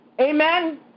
amen